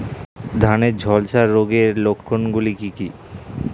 ধানের ঝলসা রোগের লক্ষণগুলি কি কি?